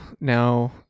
now